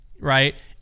right